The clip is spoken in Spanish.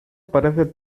parece